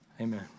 Amen